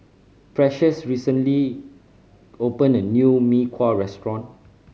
precious recently opened a new Mee Kuah restaurant